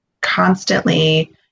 constantly